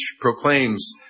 proclaims